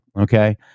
Okay